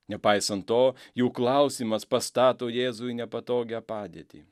nepaisant to jų klausimas pastato jėzų į nepatogią padėtį